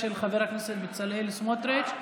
של חבר הכנסת בצלאל סמוטריץ'.